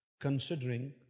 considering